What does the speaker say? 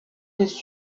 his